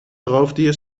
roofdier